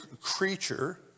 creature